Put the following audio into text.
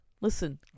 Listen